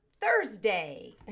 Thursday